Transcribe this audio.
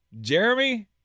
Jeremy